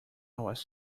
was